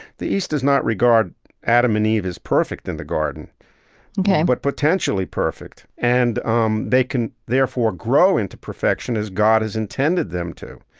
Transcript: the east does not regard adam and eve as perfect in the garden ok but potentially perfect. and um they can therefore grow into perfection as god has intended them to.